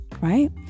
right